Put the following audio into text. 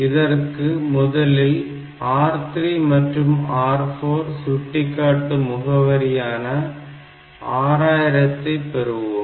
இதற்கு முதலில் R3 மற்றும் R4 சுட்டிக்காட்டும் முகவரியான 6000 ஐ பெறுவோம்